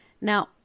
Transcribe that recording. Now